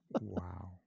Wow